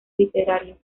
literario